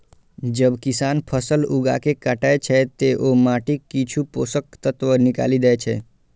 जब किसान फसल उगाके काटै छै, ते ओ माटिक किछु पोषक तत्व निकालि दै छै